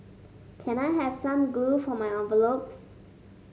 can I have some glue for my envelopes